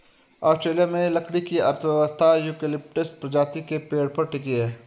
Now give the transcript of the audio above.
Australia में लकड़ी की अर्थव्यवस्था यूकेलिप्टस प्रजाति के पेड़ पर टिकी है